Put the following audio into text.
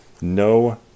no